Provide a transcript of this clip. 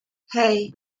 hey